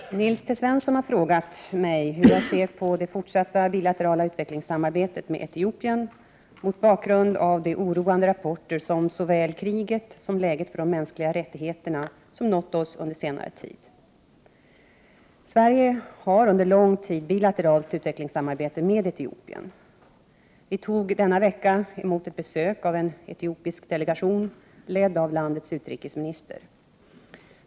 Herr talman! Nils T Svensson har frågat mig hur jag ser på det fortsatta bilaterala utvecklingssamarbetet med Etiopien mot bakgrund av de oroande rapporter om såväl kriget som läget för de mänskliga rättigheterna som nått oss på senare tid. Sverige har sedan lång tid bilateralt utvecklingssamarbete med Etiopien. Vi tog denna vecka emot besök av en etiopisk delegation, ledd av landets utrikesminister.